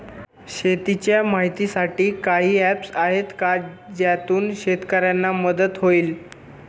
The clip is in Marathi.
शेतीचे माहितीसाठी काही ऍप्स आहेत का ज्यातून शेतकऱ्यांना मदत होईल?